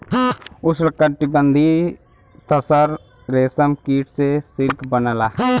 उष्णकटिबंधीय तसर रेशम कीट से सिल्क बनला